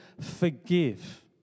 forgive